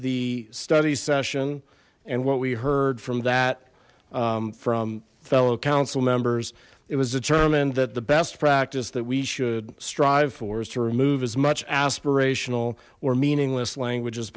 the study session and what we heard from that from fellow council members it was determined that the best practice that we should strive for is to remove as much aspirational or meaningless language